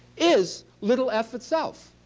is little f itself,